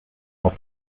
auf